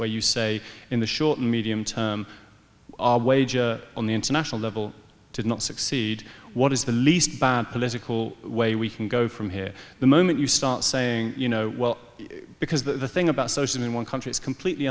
where you say in the short medium term on the international level did not succeed what is the least bad political way we can go from here the moment you start saying you know well because the thing about social in one country is completely